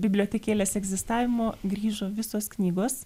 bibliotekėlės egzistavimo grįžo visos knygos